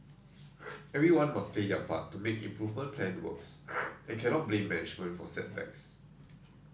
everyone must play their part to make improvement plan work and cannot blame management for setbacks